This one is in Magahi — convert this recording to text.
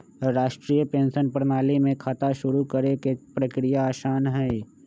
राष्ट्रीय पेंशन प्रणाली में खाता शुरू करे के प्रक्रिया आसान हई